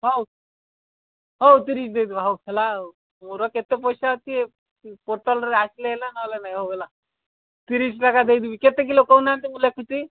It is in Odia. ହଉ ହଉ ତିରିଶ ଦେଇଦବା ହଉ ହେଲା ଆଉ ମୋର କେତେ ପଇସା ଅଛି ପୋଟଳ ରେ ଆସିଲେ ହେଲେ ନହେଲେ ହେଲେ ନାହିଁ ହଉ ହେଲା ତିରିଶ ଲେଖାଁ ଦେଇଦେବି କେତେ କିଲୋ କହୁନାହାନ୍ତି ମୁଁ ଲେଖୁଛି